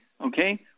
Okay